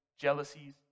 jealousies